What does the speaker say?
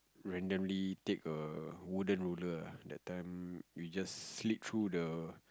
randomly take a wooden roller ah that time we just slit through the